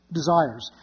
desires